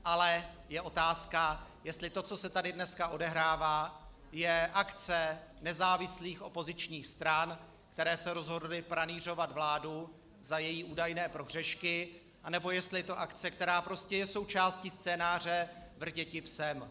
Ale je otázka, jestli to, co se tady dneska odehrává, je akce nezávislých opozičních stran, které se rozhodly pranýřovat vládu za její údajné prohřešky, anebo jestli je to akce, která prostě je součástí scénáře Vrtěti psem.